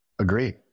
agree